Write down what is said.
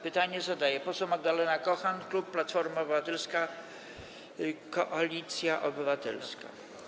Pytanie zadaje poseł Magdalena Kochan, klub Platforma Obywatelska - Koalicja Obywatelska.